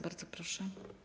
Bardzo proszę.